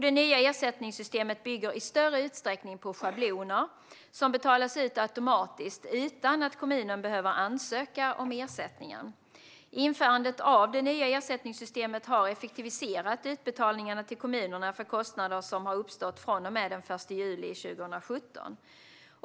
Det nya ersättningssystemet bygger i större utsträckning på schabloner som betalas ut automatiskt utan att kommunen behöver ansöka om ersättningen. Införandet av det nya ersättningssystemet har effektiviserat utbetalningarna till kommunerna för kostnader som uppstått från och med den 1 juli 2017.